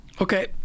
Okay